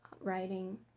writing